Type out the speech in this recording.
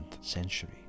century